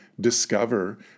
discover